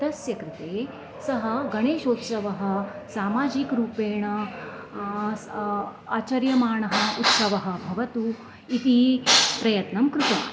तस्य कृते सः गणेशोत्सवः सामाजिकरूपेण आचर्यमाणः उत्सवः भवतु इति प्रयत्नं कृतम्